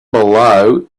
below